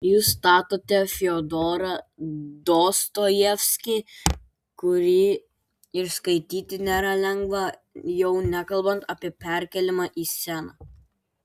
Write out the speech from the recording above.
jūs statote fiodorą dostojevskį kurį ir skaityti nėra lengva jau nekalbant apie perkėlimą į sceną